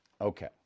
okay